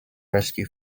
rescue